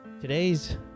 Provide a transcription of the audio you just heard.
Today's